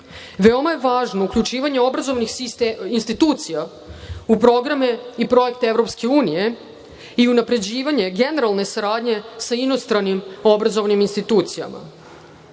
Veoma je važno uključivanje obrazovnih institucija u programe i projekte EU i unapređivanje generalne saradnje sa inostranim obrazovnim institucijama. Mi